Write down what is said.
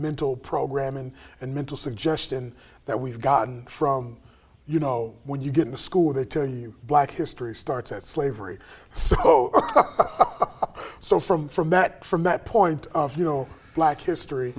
mental programming and mental suggestion that we've gotten from you know when you get in a school they tell you black history starts at slavery so so from from that from that point of you know black